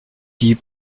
die